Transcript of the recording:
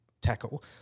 tackle